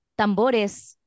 tambores